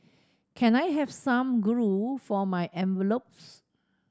can I have some glue for my envelopes